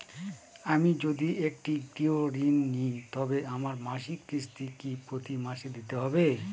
আমি যদি একটি গৃহঋণ নিই তবে আমার মাসিক কিস্তি কি প্রতি মাসে দিতে হবে?